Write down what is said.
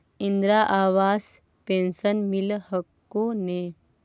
Indira Awas pension मिल हको ने?